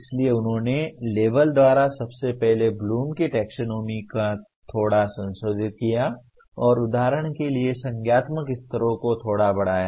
इसलिए उन्होंने लेबल द्वारा सबसे पहले ब्लूम की टैक्सोनॉमी को थोड़ा संशोधित किया और उदाहरण के लिए संज्ञानात्मक स्तरों को थोड़ा बढ़ाया